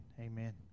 amen